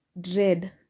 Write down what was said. dread